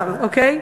קצר, אוקיי?